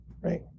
Right